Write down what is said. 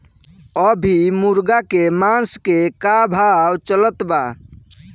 अभी मुर्गा के मांस के का भाव चलत बा?